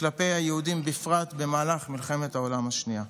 וכלפי היהודים בפרט במהלך מלחמת העולם השנייה.